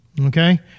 Okay